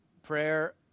Prayer